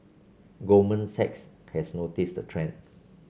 goldman Sachs has noticed the trend